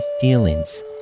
feelings